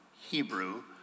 Hebrew